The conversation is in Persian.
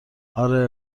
آره